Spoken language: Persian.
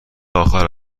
آخر